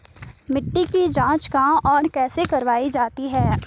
मिट्टी की जाँच कहाँ और कैसे करवायी जाती है?